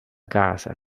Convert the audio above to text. casa